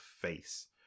face